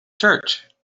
church